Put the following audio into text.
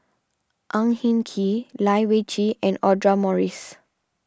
Ang Hin Kee Lai Weijie and Audra Morrice